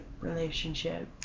relationship